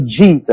Jesus